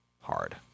hard